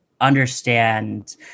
understand